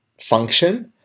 function